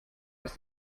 ist